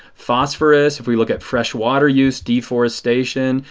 phosphorous. if we look at fresh water use. deforestation.